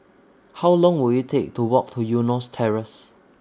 How Long Will IT Take to Walk to Eunos Terrace